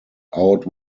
out